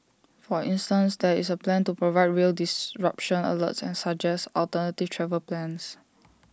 for instance there is A plan to provide rail disruption alerts and suggest alternative travel plans